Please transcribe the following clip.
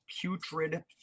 putrid